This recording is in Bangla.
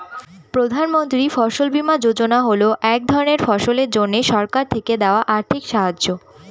প্রধান মন্ত্রী ফসল বীমা যোজনা হল এক ধরনের ফসলের জন্যে সরকার থেকে দেওয়া আর্থিক সাহায্য